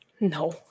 No